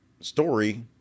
story